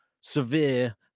severe